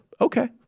Okay